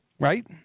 Right